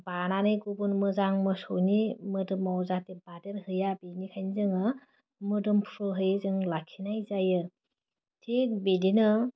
बानानै गुबुन मोजां मोसौनि मोदोमाव जाहाथे बादेर हैया बिनिखायनो जोङो मोदोमफ्रुहै जों लाखिनाय जायो थिग बिदिनो